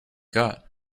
got